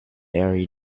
already